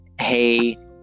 Hey